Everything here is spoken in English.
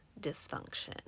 dysfunction